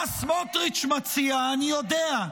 מה סמוטריץ' מציע אני יודע.